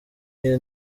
iyi